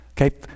Okay